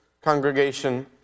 congregation